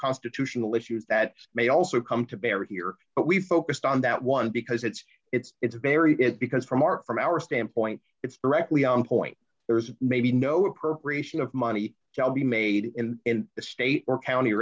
constitutional issues that may also come to bear here but we focused on that one because it's it's it's very good because from our from our standpoint it's directly on point there is maybe no appropriation of money will be made in the state or county